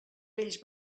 vells